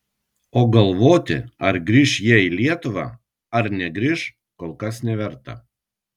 o galvoti ar grįš jie į lietuvą ar negrįš kol kas neverta